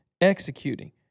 executing